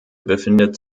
befindet